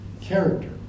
character